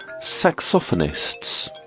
saxophonists